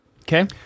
Okay